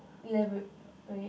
wait